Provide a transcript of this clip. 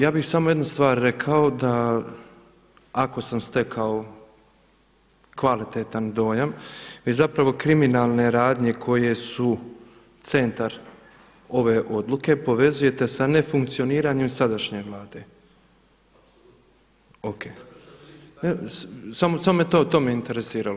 Ja bih samo jednu stvar rekao da ako sam stekao kvalitetan dojam vi zapravo kriminalne radnje koje su centar ove odluke povezujete sa nefunkcioniranjem sadašnje Vlade. … [[Upadica se ne razumije.]] U redu, samo me to interesiralo.